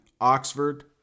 Oxford